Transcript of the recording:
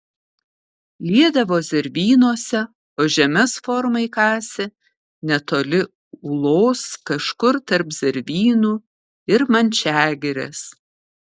liedavo zervynose o žemes formai kasė netoli ūlos kažkur tarp zervynų ir mančiagirės